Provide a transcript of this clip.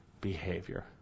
behavior